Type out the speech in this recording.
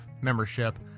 membership